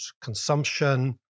consumption